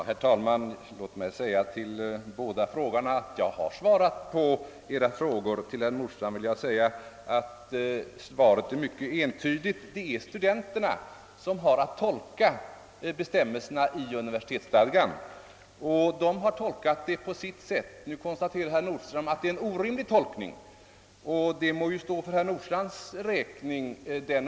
Herr talman! Låt mig säga till båda frågarna att jag har svarat på deras frågor. Mitt svar till herr Nordstrandh är mycket entydigt: Det är studenterna som har att tolka bestämmelserna i universitetsstadgan, och de har tolkat dem på sitt sätt. Herr Nordstrandh konsta terar att det är en orimlig tolkning, och den uppfattningen må stå för hans räkning.